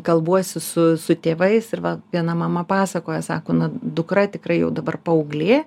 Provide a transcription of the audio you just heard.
kalbuosi su su tėvais ir va viena mama pasakoja sako nu dukra tikrai jau dabar paauglė